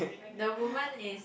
the woman is